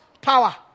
power